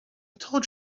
told